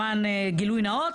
למען גילוי נאות,